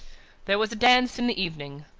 there was a dance in the evening.